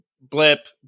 blip